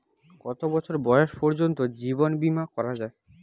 কত বছর বয়স পর্জন্ত জীবন বিমা করা য়ায়?